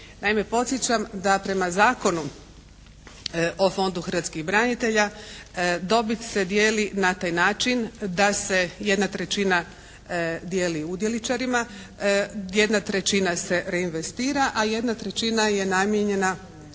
podsjećam da prema Zakonu o Fondu hrvatskih branitelja dobit se dijeli na taj način da se jedna trećina dijeli udjeličarima, jedna trećina se reinvestira, a jedna trećina je namijenjena za